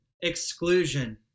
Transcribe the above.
exclusion